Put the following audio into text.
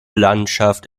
landschaft